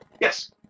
Yes